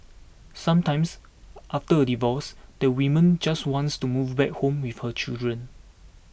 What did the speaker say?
sometimes after a divorce the woman just wants to move back home with her children